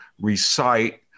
recite